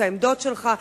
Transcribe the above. את העמדות שלך,